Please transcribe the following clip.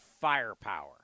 firepower